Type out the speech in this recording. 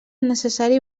necessari